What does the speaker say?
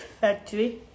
Factory